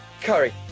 Curry